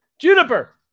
Juniper